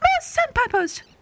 sandpipers